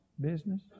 business